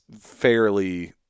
fairly